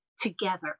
together